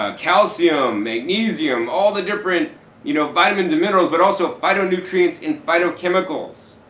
ah calcium, magnesium. all the different you know vitamins and minerals but also phytonutrients and phytochemicals.